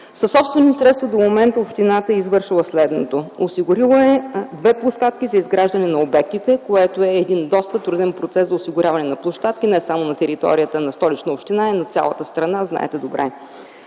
Със собствени средства до момента общината е извършила следното: - осигурила е две площадки за изграждане на обектите, което е един доста труден процес за осигуряване на площадки и не само на територията на Столична община, но и на територията на цялата страна. Знаете добре